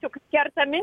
juk kertami